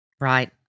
Right